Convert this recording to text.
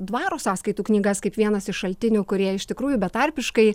dvaro sąskaitų knygas kaip vienas iš šaltinių kurie iš tikrųjų betarpiškai